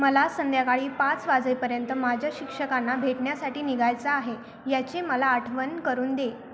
मला संध्याकाळी पाच वाजेपर्यंत माझ्या शिक्षकांना भेटण्यासाठी निघायचं आहे याची मला आठवण करून दे